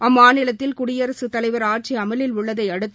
அம்மாநிலத்தில் குடியரசுத் தலைவா அழட்சி அமலில் உள்ளதை அடுத்து